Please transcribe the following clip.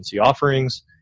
offerings